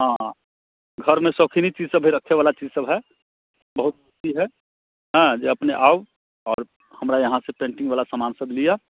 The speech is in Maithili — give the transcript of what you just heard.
हाँ हाँ घरमे शौखिनी चीज सभ हय रखैवला चीज सभ हय बहुत ई हय हाँ जे अपने आउ आओर हमरा इहाँसे पेन्टिंगवला समान सभ लिऽ